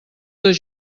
dos